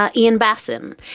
ah ian bassan,